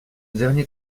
dernier